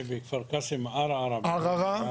קאסם, ערערה.